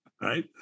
right